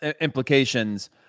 implications